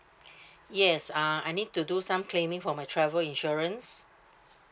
yes uh I need to do some claiming for my travel insurance